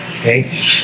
okay